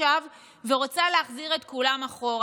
ורוצה להחזיר את כולם אחורה.